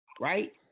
right